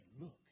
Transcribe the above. look